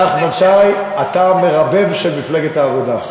נחמן שי, אתה ה"מרבב" של מפלגת העבודה.